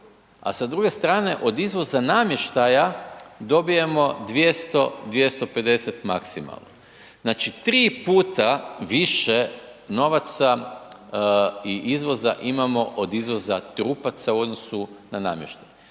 a sa druge strane od izvoza namještaja dobijemo 200, 250 maksimalno. Znači tri puta više novaca i izvoza imamo od izvoza trupaca u odnosu na namještaj.